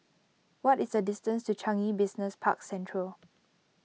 what is the distance to Changi Business Park Central